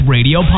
Radio